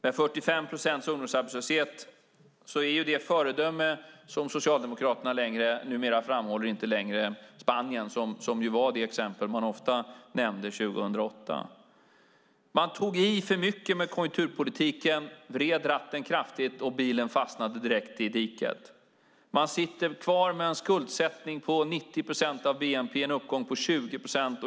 Med 45 procents ungdomsarbetslöshet är Spanien inte längre det föredöme som Socialdemokraterna numera framhåller - det var det exempel man ofta nämnde 2008. Man tog i för mycket med konjunkturpolitiken, vred ratten kraftigt, och bilen fastnade direkt i diket. Man sitter kvar med en skuldsättning på 90 procent av bnp och en uppgång på 20 procent.